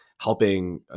Helping